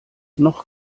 noch